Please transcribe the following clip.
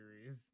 series